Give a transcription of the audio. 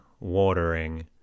watering